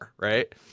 right